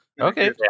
Okay